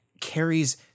carries